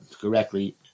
correctly